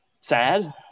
sad